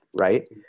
right